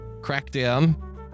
crackdown